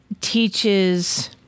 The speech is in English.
teaches